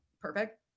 perfect